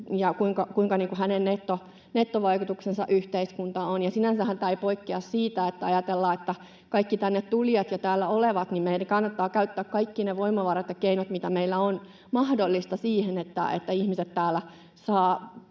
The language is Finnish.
ja millainen hänen nettovaikutuksensa yhteiskuntaan on. Sinänsähän tämä ei poikkea siitä, mitä ajatellaan kaikista tänne tulijoista ja täällä olevista: kannattaa käyttää kaikki mahdolliset voimavarat ja keinot, mitä meillä on, siihen, että ihmiset täällä